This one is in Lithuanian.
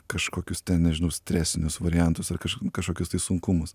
kažkokius ten nežinau stresinius variantus ar kažką kažkokius tai sunkumus